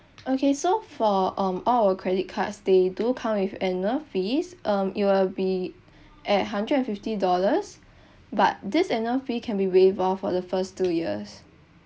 okay so for um all our credit cards they do come with annual fees um it will be at hundred and fifty dollars but this annual fee can be waived off for the first two years